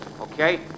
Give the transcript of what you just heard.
Okay